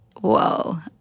Whoa